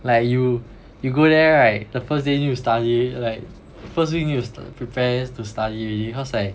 like you you go there right the first day need to study like first week need to prepare to study already cause like